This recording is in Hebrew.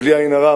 בלי עין הרע,